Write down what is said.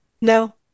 No